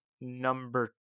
number